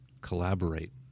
collaborate